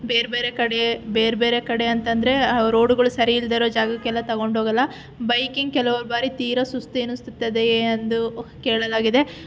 ಬೇರೆಬೇರೆ ಕಡೆ ಬೇರೆಬೇರೆ ಕಡೆ ಅಂತಂದರೆ ರೋಡುಗಳು ಸರಿ ಇಲ್ಲದೇ ಇರೋ ಜಾಗಕ್ಕೆಲ್ಲಾ ತೊಗೊಂಡು ಹೋಗಲ್ಲ ಬೈಕಿಂಗ್ ಕೆಲವು ಬಾರಿ ತೀರಾ ಸುಸ್ತು ಎನಿಸುತ್ತದೆಯೇ ಎಂದು ಕೇಳಲಾಗಿದೆ